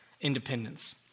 Independence